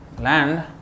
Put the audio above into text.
land